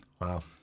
Wow